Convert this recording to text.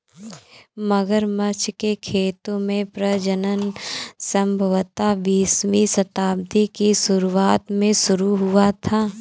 मगरमच्छ के खेतों में प्रजनन संभवतः बीसवीं शताब्दी की शुरुआत में शुरू हुआ था